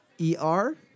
E-R